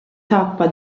tappa